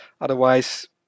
Otherwise